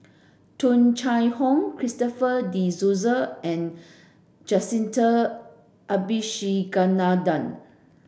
Tung Chye Hong Christopher De Souza and Jacintha Abisheganaden